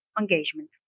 engagement